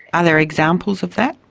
are there are examples of that?